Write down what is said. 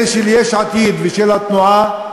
אלה של יש עתיד ושל התנועה,